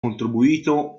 contribuito